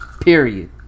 Period